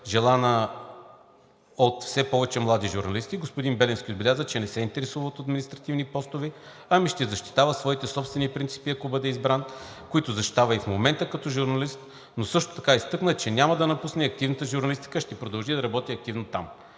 желана от все повече млади журналисти. Господин Беленски отбеляза, че не се интересува от административни постове, ами ще защитава своите собствени принципи, ако бъде избран, които защитава и в момента като журналист, но и също така изтъкна, че няма да напусне активната журналистика, ами ще продължи да работи активно там.